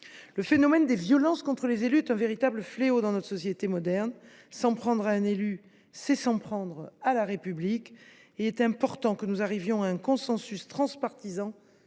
Le phénomène des violences contre les élus est un véritable fléau dans notre société moderne. S’en prendre à un élu, c’est s’en prendre à la République, et il était important que nous arrivions à un consensus transpartisan